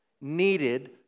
needed